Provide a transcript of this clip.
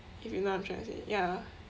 if you know what I'm trying to say ya